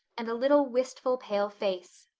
and a little wistful, pale face.